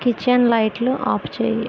kitchen లైట్లు ఆపుచేయి